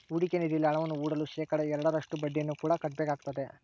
ಹೂಡಿಕೆ ನಿಧಿಯಲ್ಲಿ ಹಣವನ್ನು ಹೂಡಲು ಶೇಖಡಾ ಎರಡರಷ್ಟು ಬಡ್ಡಿಯನ್ನು ಕೂಡ ಕಟ್ಟಬೇಕಾಗುತ್ತದೆ